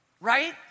Right